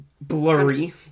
Blurry